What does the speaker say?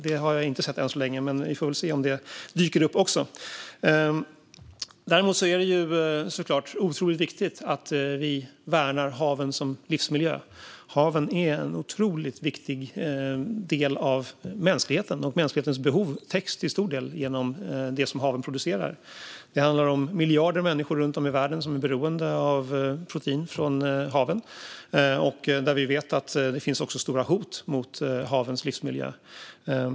Det har jag inte sett än så länge, men vi får väl se om det också dyker upp. Det är otroligt viktigt att vi värnar haven som livsmiljö. Haven är en viktig del av mänskligheten, och mänsklighetens behov täcks till stor del genom det som haven producerar. Det handlar om miljarder människor runt om i världen som är beroende av protein från haven. Vi vet också att det finns stora hot mot havens livsmiljö.